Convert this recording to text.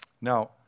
Now